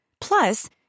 Plus